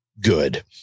good